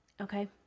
Okay